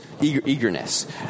eagerness